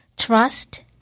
Trust